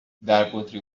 دربطری